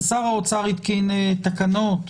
שר האוצר התקין תקנות,